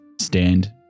stand